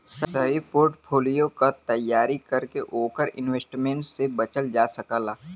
सही पोर्टफोलियो क तैयारी करके ओवर इन्वेस्टमेंट से बचल जा सकला